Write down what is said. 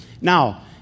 Now